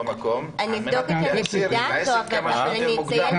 מקום על מנת להחזיר את העסק כמה שיותר מוקדם,